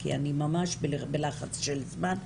כי אני ממש בלחץ של זמן,